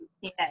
yes